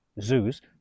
Zoos